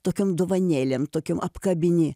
tokiom dovanėlėm tokiom apkabini